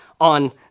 on